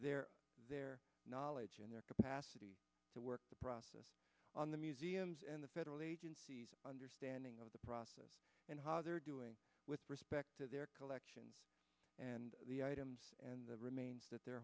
their their knowledge and their capacity to work the process on the museums and the federal agencies understanding of the process and how they're doing with respect to their collection and the items and the remains that they're